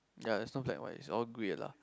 ya it's not bad what in it's own way lah